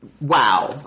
Wow